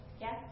Yes